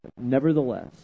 Nevertheless